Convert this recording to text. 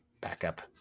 backup